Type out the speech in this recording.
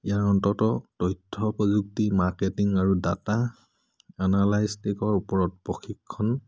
ইয়াৰ অন্তত তথ্য প্ৰযুক্তি মাৰ্কেটিং আৰু ডাটা এনালাইষ্টিকৰ ওপৰত প্ৰশিক্ষণ